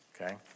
Okay